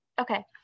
okay